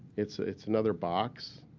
it's it's another box.